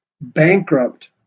Bankrupt